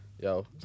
Yo